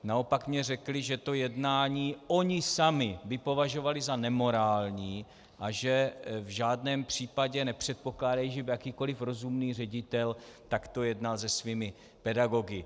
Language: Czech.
Naopak řekli, že toto jednání by oni sami považovali za nemorální a že v žádném případě nepředpokládají, že by jakýkoliv rozumný ředitel takto jednal se svými pedagogy.